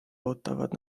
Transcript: ootavad